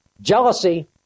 jealousy